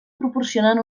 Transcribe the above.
proporcionen